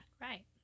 Right